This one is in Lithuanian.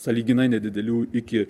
sąlyginai nedidelių iki